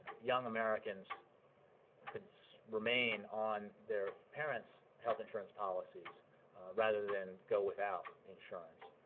young americans could so remain on their parent's health insurance policies rather than go without insurance.